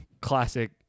classic